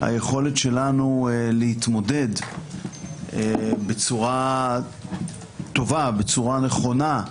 היכולת שלנו להתמודד בצורה טובה, בצורה נכונה,